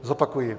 Zopakuji.